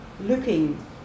looking